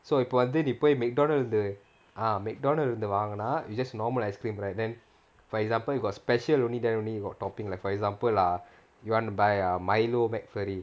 so இப்போ வந்து நீ போய்:ippo vanthu nee poi McDonald's the ah McDonald's வாங்குனா:vangunaa it's just normal ice cream right then for example you got special only then only you got toppings like for example lah you want to buy a milo McFlurry